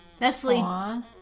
Nestle